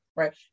Right